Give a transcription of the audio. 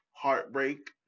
Heartbreak